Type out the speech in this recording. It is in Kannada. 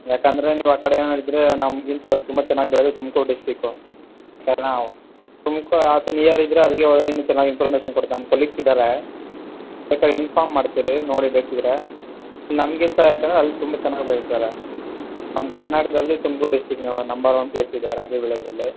ಯಾಕಂದರೆ ನೀವೇ ಆ ಕಡೆ ಏನಾರು ಇದ್ದರೆ ನಮ್ಗಿಂತ ತುಂಬ ಚೆನ್ನಾಗ್ ಬೆಳ್ದಿದ್ದ ತುಮ್ಕೂರು ಡಿಸ್ಟಿಕ್ಕು ಸರಿನಾ ತುಮ್ಕೂರು ಅದು ನಿರ್ ಇದ್ದರೆ ಅಲ್ಗೆ ಹೋಗ್ರಿ ಇನ್ನು ಚೆನ್ನಾಗ್ ಇನ್ಫಾರ್ಮೇಷನ್ ಕೊಡ್ತಾರೆ ನಮ್ಮ ಕಲೀಗ್ಸ್ ಇದಾರೆ ಬೇಕಾರೆ ಇನ್ಫಾರ್ಮ್ ಮಾಡ್ತಿರಿ ನೋಡಿ ಬೇಕಿದ್ದರೆ ನಮ್ಗಿಂತ ಯಾಕಂದ್ರ ಅಲ್ಲಿ ತುಂಬ ಚೆನ್ನಾಗ್ ಬೆಳಿತಾರೆ ನಮ್ಮ ಕರ್ನಾಟಕದಲ್ಲಿ Tumakuru district number one place ಇದೆ ರಾಗಿ ಬೆಳೆಯೋದರಲ್ಲಿ